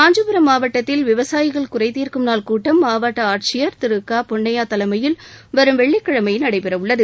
காஞ்சிபுரம் மாவட்டத்தில் விவசாயிகள் குறைதீர்க்கும் நாள் கூட்டம் மாவட்ட ஆட்சியர் திரு க பொன்னையா தலைமையில் வரும் வெள்ளிக்கிழமை நடைபெறவுள்ளது